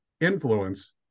influence